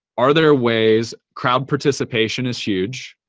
are there ways, crowd participation is huge,